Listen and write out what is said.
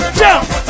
jump